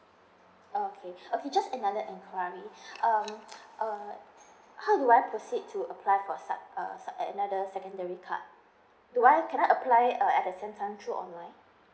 oh okay okay just another enquiry uh uh how do I proceed to apply for sub uh sub another secondary card do I can I apply uh at the same time through online